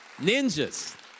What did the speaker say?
Ninjas